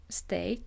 stay